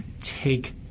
take